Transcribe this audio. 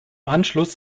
anschluss